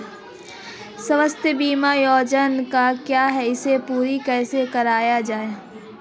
स्वास्थ्य बीमा योजना क्या है इसे पूरी कैसे कराया जाए?